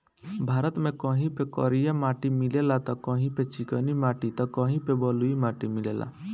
भारत में कहीं पे करिया माटी मिलेला त कहीं पे चिकनी माटी त कहीं पे बलुई माटी मिलेला